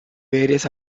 various